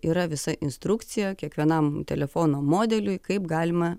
yra visa instrukcija kiekvienam telefono modeliui kaip galima